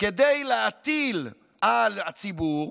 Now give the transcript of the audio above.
כדי להטיל על הציבור